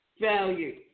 value